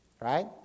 Right